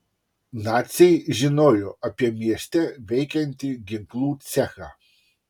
naciai žinojo apie mieste veikiantį ginklų cechą